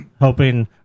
hoping